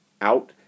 out